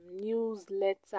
newsletter